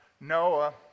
Noah